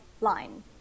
line